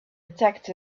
attacked